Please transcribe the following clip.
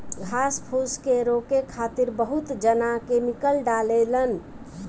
घास फूस के रोके खातिर बहुत जना केमिकल डालें लन